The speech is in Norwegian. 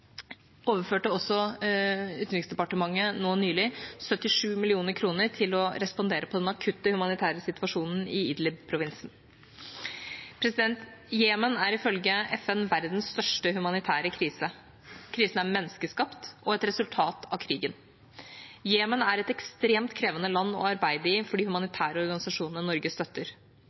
overførte Utenriksdepartementet nå nylig 77 mill. kr til å respondere på den akutte humanitære situasjonen i Idlib-provinsen. Jemen har ifølge FN verdens største humanitære krise. Krisen er menneskeskapt og et resultat av krigen. Jemen er et ekstremt krevende land å arbeide i for de humanitære organisasjonene Norge støtter.